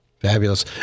Fabulous